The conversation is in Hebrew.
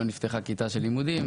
לא נפתחה כיתה של לימודים,